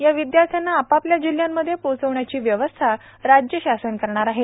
या विद्यार्थ्यांना आपापल्या जिल्ह्यांमध्ये पोचविण्याची व्यवस्था राज्य शासन करणार आहे